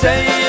Say